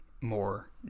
more